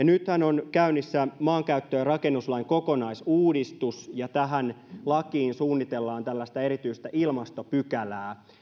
nythän on käynnissä maankäyttö ja rakennuslain kokonaisuudistus ja tähän lakiin suunnitellaan tällaista erityistä ilmastopykälää